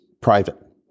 private